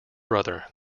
brother